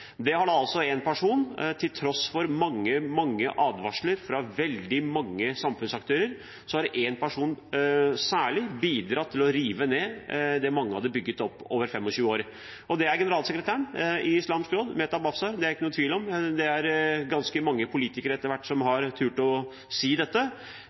har særlig én person, til tross for mange advarsler fra veldig mange samfunnsaktører, bidratt til å rive ned. Det er generalsekretæren i Islamsk Råd Norge, Mehtab Afsar, det er det ingen tvil om, og ganske mange politikere har etter hvert turt å si dette.